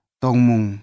tongmung